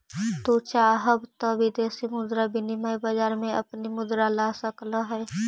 तू चाहव त विदेशी मुद्रा विनिमय बाजार में अपनी मुद्रा लगा सकलअ हे